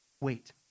Wait